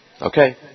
Okay